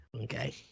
Okay